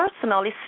personally